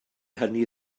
hynny